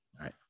right